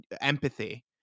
empathy